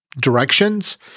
Directions